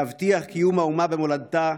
להבטיח קיום האומה במולדתה",